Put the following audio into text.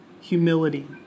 humility